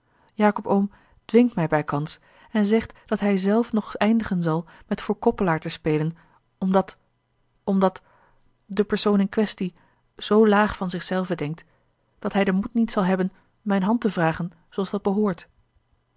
jacob oom dwingt mij bijkans en zegt dat hij zelf nog eindigen zal met voor koppelaar te spelen omdat omdat de persoon in quaestie zoo laag van zich zelven denkt dat hij den moed niet zal hebben mijne hand te vragen zooals dat behoort